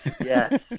yes